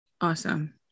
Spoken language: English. Awesome